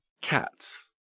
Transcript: cats